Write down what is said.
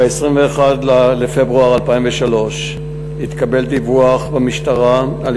ב-21 בפברואר 2013 התקבל דיווח במשטרה על